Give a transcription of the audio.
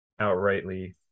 outrightly